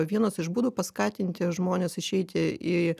vienas iš būdų paskatinti žmones išeiti į